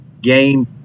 game